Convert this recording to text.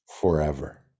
Forever